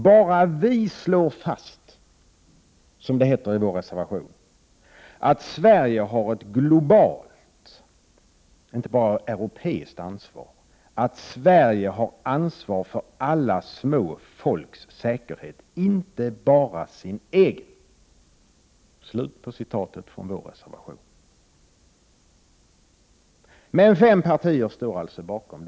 Bara vi slår fast, som det heter i vår reservation, att ”Sverige har ett globalt — inte bara europeiskt — ansvar, att Sverige har ansvar för alla små folks säkerhet, inte bara sin egen”. Men fem partier står alltså bakom den formulering jag citerade från utrikesutskottets betänkande.